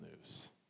news